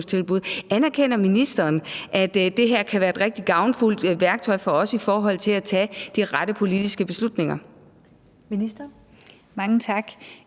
Anerkender ministeren, at det her kan være et rigtig gavnligt værktøj for os i forhold til at tage de rette politiske beslutninger? Kl.